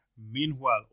Meanwhile